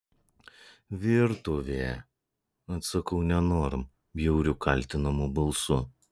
virtuvė atsakau nenorom bjauriu kaltinamu balsu